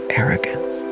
arrogance